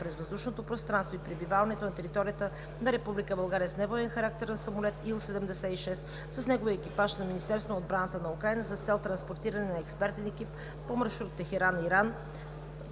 през въздушното пространство и пребиваването на територията на Република България с невоенен характер на самолет Ил-76 с неговия екипаж на Министерството на отбраната на Украйна с цел транспортирането на експертен екип по маршрут Украйна